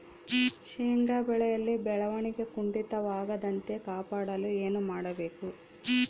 ಶೇಂಗಾ ಬೆಳೆಯಲ್ಲಿ ಬೆಳವಣಿಗೆ ಕುಂಠಿತವಾಗದಂತೆ ಕಾಪಾಡಲು ಏನು ಮಾಡಬೇಕು?